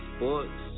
Sports